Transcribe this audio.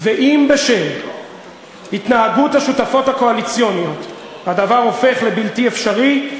ואם בשל התנהגות השותפות הקואליציוניות הדבר הופך לבלתי אפשרי,